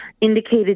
indicated